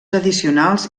addicionals